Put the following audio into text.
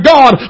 God